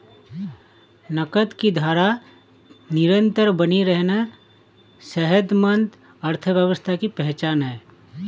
नकद की धारा निरंतर बनी रहना सेहतमंद अर्थव्यवस्था की पहचान है